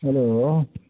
hello